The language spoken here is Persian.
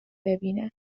ببینه